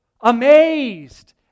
amazed